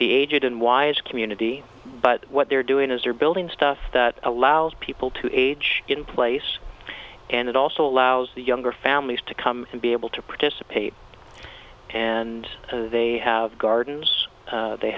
the aged and why it's community but what they're doing is they're building stuff that allows people to age in place and it also allows the younger families to come and be able to participate and they have gardens they